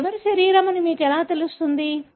అది ఎవరి శరీరం అని మీకు ఎలా తెలుస్తుంది